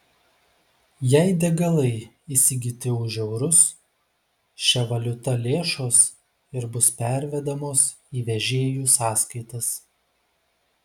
jei degalai įsigyti už eurus šia valiuta lėšos ir bus pervedamos į vežėjų sąskaitas